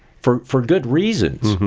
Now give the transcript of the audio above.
for for good reasons,